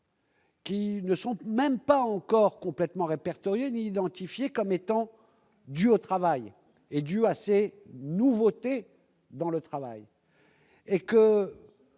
qui ne sont même pas encore complètement répertoriées ni identifiées comme étant dues au travail et aux nouveautés au sein